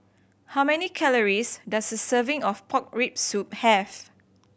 how many calories does a serving of pork rib soup have